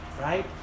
right